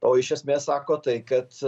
o iš esmės sako tai kad